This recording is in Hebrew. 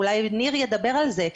אולי ניר ידבר על זה,